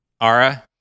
Ara